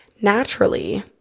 Naturally